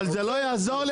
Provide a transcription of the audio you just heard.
אבל זה לא יעזור,